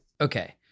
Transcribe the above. Okay